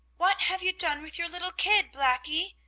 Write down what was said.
what have you done with your little kid, blackie?